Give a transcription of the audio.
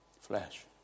Flesh